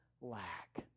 lack